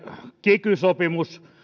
kiky sopimus